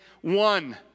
one